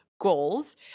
Goals